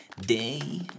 day